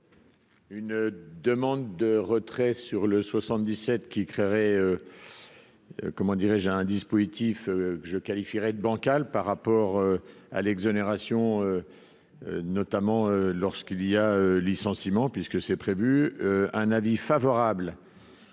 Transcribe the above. Une demande de retrait sur le 77 qui créerait, comment dirais-je à un dispositif que je qualifierais de bancale par rapport à l'exonération, notamment lorsqu'il y a licenciements puisque c'est prévu un avis favorable